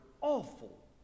awful